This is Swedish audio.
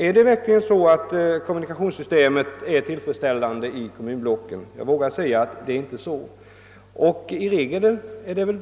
Är verkligen kommunikationssystemet tillfredsställande ordnat i kommunblocken? Jag vågar säga att så inte är fallet. I regel är det